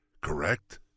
correct